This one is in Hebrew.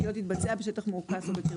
שהיא לא תתבצע בשטח מאוכלס או בקרבתו.